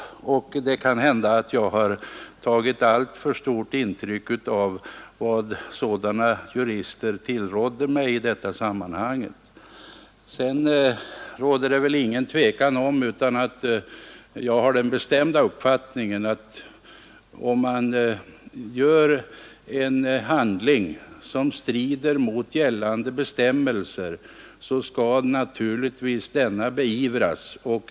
Det kanhända att jag tagit alltför stort intryck av vad sådana jurister tillrådde mig i det sammanhanget. Sedan har jag den bestämda uppfattningen att en handling som strider mot gällande bestämmelser naturligtvis skall beivras.